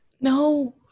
no